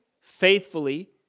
faithfully